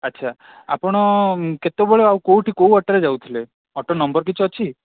ଆଚ୍ଛା ଆପଣ କେତେବେଳେ ଆଉ କେଉଁଠି କେଉଁ ଅଟୋରେ ଯାଉଥିଲେ ଅଟୋ ନମ୍ବର କିଛି ଅଛି